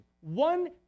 one